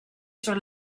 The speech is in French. sur